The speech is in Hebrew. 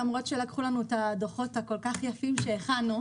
למרות שלקחו לנו את הדוחות הכול כך יפים שהכנו.